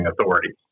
authorities